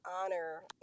honor